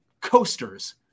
coasters